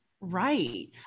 right